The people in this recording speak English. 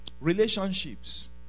Relationships